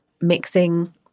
Mixing